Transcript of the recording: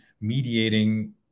mediating